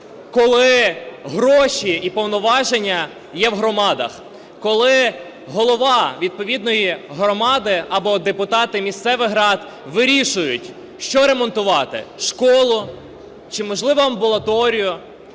коли гроші і повноваження є в громадах, коли голова відповідної громади або депутати місцевих рад вирішують, що ремонтувати, школу чи, можливо, амбулаторію,